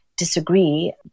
disagree